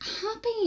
Happy